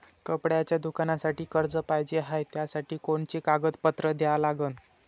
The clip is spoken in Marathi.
कपड्याच्या दुकानासाठी कर्ज पाहिजे हाय, त्यासाठी कोनचे कागदपत्र द्या लागन?